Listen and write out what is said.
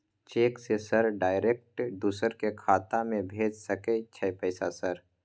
Cheque से sir direct दूसरा के खाता में भेज सके छै पैसा सर?